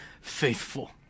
faithful